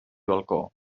balcó